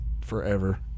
forever